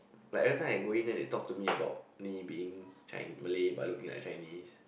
like every time I going there they talk to me about me being Malay but looking like Chinese